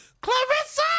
Clarissa